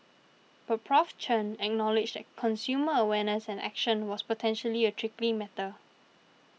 but Prof Chen acknowledged that consumer awareness and action was potentially a tricky matter